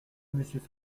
monsieur